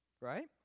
Right